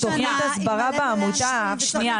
עם מלא אנשים --- שנייה,